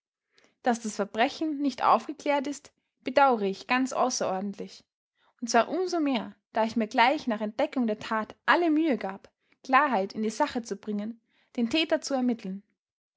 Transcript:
daß das verbrechen nicht aufgeklärt ist bedaure ich ganz außerordentlich und zwar um so mehr da ich mir gleich nach entdeckung der tat alle mühe gab klarheit in die sache zu bringen den täter zu ermitteln